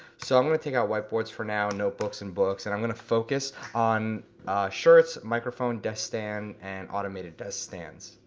so i'm gonna take out white boards for now, and notebooks and books, and i'm gonna focus on shirts, microphone, desk stand, and automated desk stands.